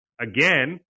again